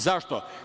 Zašto?